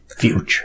Future